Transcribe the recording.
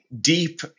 deep